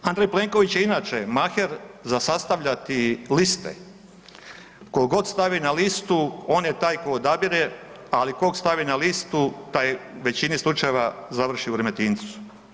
Andrej Plenković je inače maher za sastavljati liste, tko god stavi na listu, on je taj koji odabire, ali kog stavi na listu, taj u većini slučajeva završi u Remetincu.